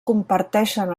comparteixen